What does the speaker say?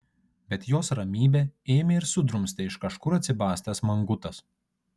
bet jos ramybę ėmė ir sudrumstė iš kažkur atsibastęs mangutas